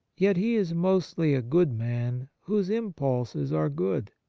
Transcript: yet he is mostly a good man whose im pulses are good.